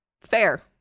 fair